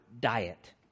diet